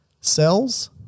Cells